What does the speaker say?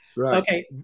okay